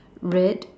red